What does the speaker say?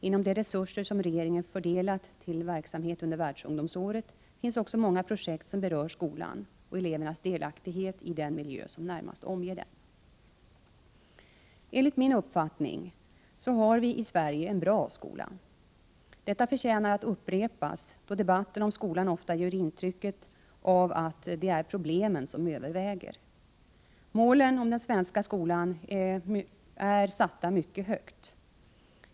Inom de resurser som regeringen fördelat till verksamhet under Världsungdomsåret finns också många projekt som berör skolan och elevernas delaktighet i den miljö som närmast omger dem. Enligt min uppfattning så har vi i Sverige en bra skola. Detta förtjänar att upprepas, då debatten om skolan ofta ger intrycket av att det är problemen som överväger. Målen för den svenska skolan är satta mycket högt.